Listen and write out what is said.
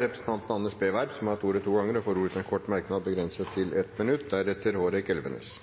Representanten Anders B. Werp har hatt ordet to ganger og får ordet til en kort merknad, begrenset til 1 minutt.